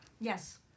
Yes